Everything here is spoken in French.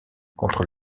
contre